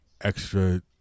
extra